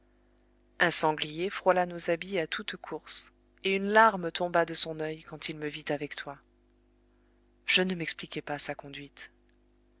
un sanglier frôla nos habits à toute course et une larme tomba de son oeil quand il me vit avec toi je ne m'expliquais pas sa conduite